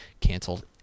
canceled